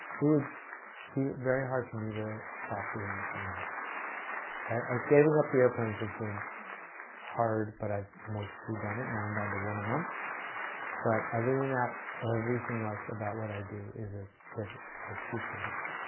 it would be very hard for me to stop doing this right now i gave up. the airplanes has been hard, but i've mostly done it now. i'm down to one a month but other than that everything else about what i do is a privilege our true privilege